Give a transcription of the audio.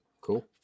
Cool